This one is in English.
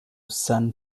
san